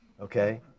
Okay